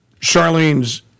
Charlene's